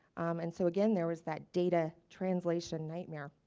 and so again there was that data translation nightmare.